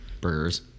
burgers